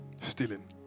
Stealing